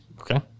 Okay